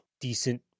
decent